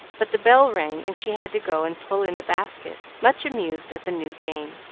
but the bell rang, and she had to go and pull in the basket, much amused at the new game.